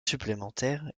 supplémentaires